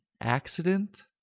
accident